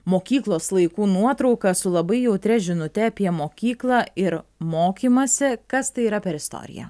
mokyklos laikų nuotrauka su labai jautria žinute apie mokyklą ir mokymąsi kas tai yra per istorija